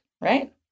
right